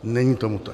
Není tomu tak.